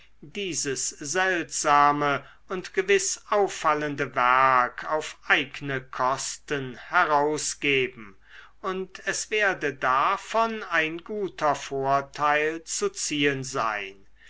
dieses seltsame und gewiß auffallende werk auf eigne kosten herausgeben und es werde davon ein guter vorteil zu ziehen sein